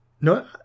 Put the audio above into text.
No